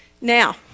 Now